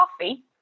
coffee